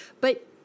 But-